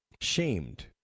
shamed